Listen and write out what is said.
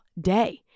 day